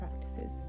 practices